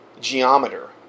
Geometer